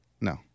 No